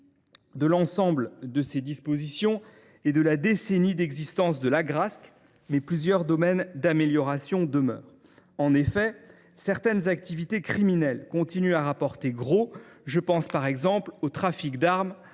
de l’ensemble de ces dispositions et de la première décennie d’existence de l’Agrasc, mais plusieurs axes d’améliorations demeurent. Certaines activités criminelles continuent à rapporter gros. Je pense, par exemple, au trafic d’armes,